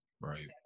Right